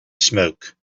smoke